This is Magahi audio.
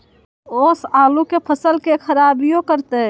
ओस आलू के फसल के खराबियों करतै?